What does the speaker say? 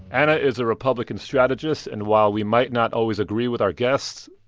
ana is a republican strategist. and while we might not always agree with our guests,